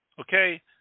Okay